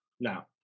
Now